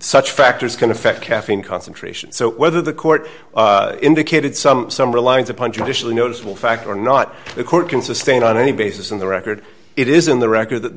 such factors can affect caffeine concentration so whether the court indicated some some reliance upon judicially noticeable fact or not the court can sustain on any basis in the record it is in the record that the